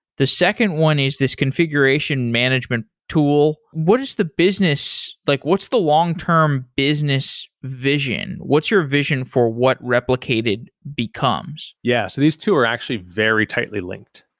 the second one is this configuration management tool. what is the business? like what's the long term business vision? what's your vision for what replicated becomes? yeah. so these two are actually very tightly linked,